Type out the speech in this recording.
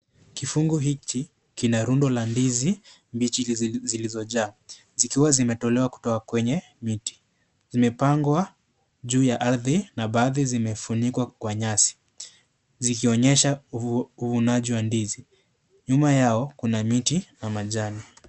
Kifungu hiki kina rundo la ndizi mbichi zilizojaa zikiwa zimetolewa kutoka kwenye miti. Zimepangwa juu ya ardhi na baadhi zimefunikwa kwa nyasi zikionyesha uvunaji wa ndizi. Nyuma yao kina miti na majani.